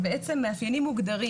בעצם מאפיינים מוגדרים.